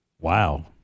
wow